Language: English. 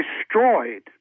destroyed